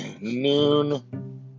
noon